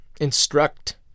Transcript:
instruct